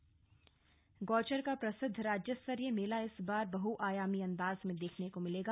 गौचर मेला गौचर का प्रसिद्ध राज्य स्तरीय मेला इस बार बहुआयामी अंदाज में देखने को मिलेगा